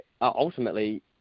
ultimately